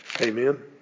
Amen